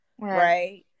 Right